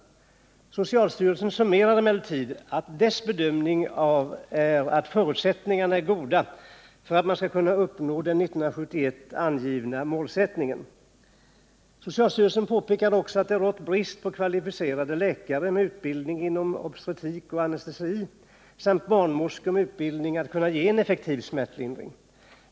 Socialstyrelsen framhöll emellertid att den bedömer att det finns goda förutsättningar för att man skall kunna uppnå det 1971 angivna målet. Socialstyrelsen påpekar också att det rått brist på kvalificerade läkare med utbildning i obstetrik och anestesi samt brist på barnmorskor med utbildning för att kunna ge en effektiv smärtlindring.